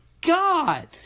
god